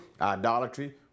idolatry